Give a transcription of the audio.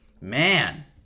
Man